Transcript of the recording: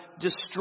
destroy